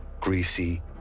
Greasy